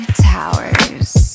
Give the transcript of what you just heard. Towers